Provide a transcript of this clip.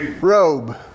Robe